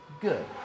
good